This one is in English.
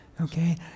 okay